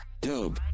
Dope